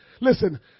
Listen